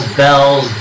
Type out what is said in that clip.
bells